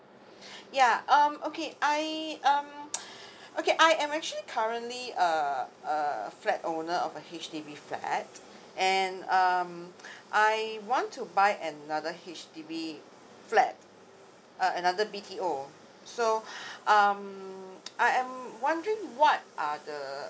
ya um okay I um okay I am actually currently uh uh flat owner of a H_D_B flat and um I want to buy another H_D_B flat uh another B T O so um I am wondering what are the